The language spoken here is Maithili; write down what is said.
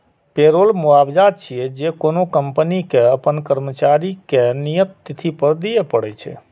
पेरोल मुआवजा छियै, जे कोनो कंपनी कें अपन कर्मचारी कें नियत तिथि पर दियै पड़ै छै